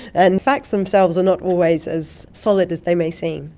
and facts themselves are not always as solid as they may seem.